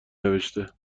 نوشته